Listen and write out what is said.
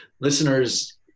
Listeners